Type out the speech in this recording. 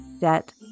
debt